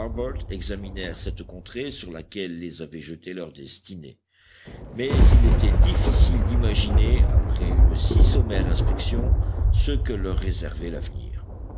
examinèrent cette contrée sur laquelle les avait jetés leur destinée mais il était difficile d'imaginer après une si sommaire inspection ce que leur réservait l'avenir